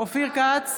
אופיר כץ,